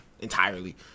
entirely